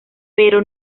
pero